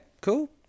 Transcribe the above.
Cool